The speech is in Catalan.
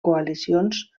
coalicions